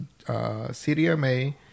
CDMA